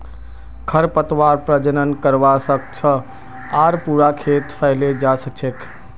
खरपतवार प्रजनन करवा स ख छ आर पूरा खेतत फैले जा छेक